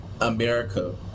America